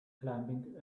climbing